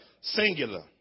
singular